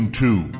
two